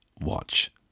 watch